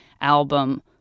album